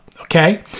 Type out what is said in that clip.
Okay